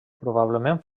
probablement